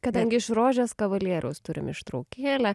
kadangi iš rožės kavaliariaus turim ištraukėlę